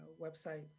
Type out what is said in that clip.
website